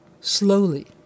Slowly